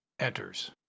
enters